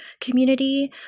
community